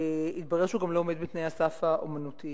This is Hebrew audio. התברר שהוא גם לא עומד בתנאי הסף האמנותיים,